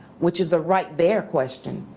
which is a right there question.